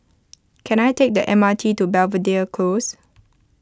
can I take the M R T to Belvedere Close